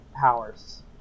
powers